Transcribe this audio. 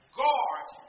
guard